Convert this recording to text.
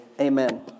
Amen